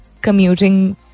commuting